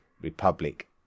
Republic